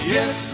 Yes